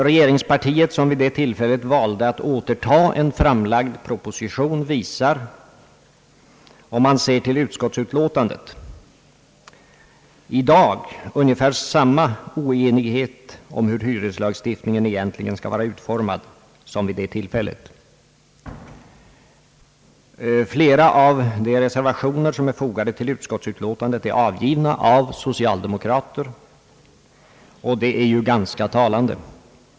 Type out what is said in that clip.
Regeringspartiet, som vid det tillfället valde att återta en framlagd proposition, visar — om man ser till utskottsutlåtandet — i dag ungefär samma oenighet om hur hyreslagstiftningen egentligen skall vara utformad som då. Flera av de reservationer som är fogade till utskottsutlåtandet är avgivna av socialdemokrater, och det är ju ganska talande.